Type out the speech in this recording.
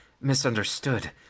misunderstood